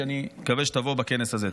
שאני מקווה שתבוא בכנס הזה.